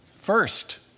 first